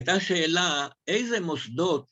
הייתה שאלה, איזה מוסדות